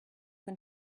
than